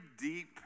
deep